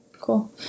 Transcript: Cool